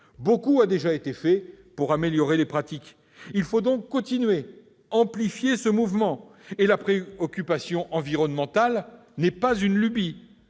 Beaucoup de choses ont été faites pour améliorer les pratiques ; il faut continuer et amplifier ce mouvement. La préoccupation environnementale n'est pas une lubie.